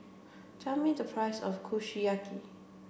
tell me the price of Kushiyaki